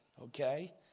Okay